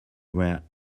were